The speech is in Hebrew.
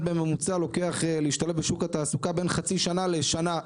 בממוצע לוקח להשתלב בשוק התעסוקה בין חצי שנה לשנה,